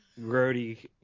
Grody